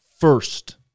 first